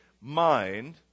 mind